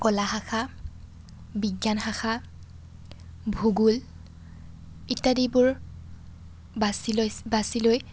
কলা শাখা বিজ্ঞান শাখা ভূগোল ইত্যাদিবোৰ বাচি লৈছে বাচি লৈ